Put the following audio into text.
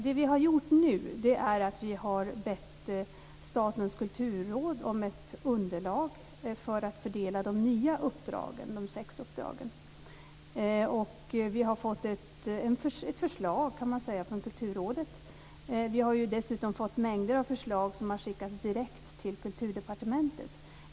Det vi har gjort nu är att vi har bett Statens kulturråd om ett underlag för att fördela de nya sex uppdragen. Vi har fått ett förslag från Kulturrådet. Vi har dessutom fått mängder av förslag som har skickats direkt till Kulturdepartementet.